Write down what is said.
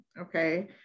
Okay